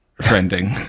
trending